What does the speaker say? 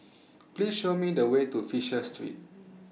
Please Show Me The Way to Fisher Street